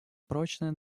прочная